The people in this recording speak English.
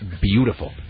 beautiful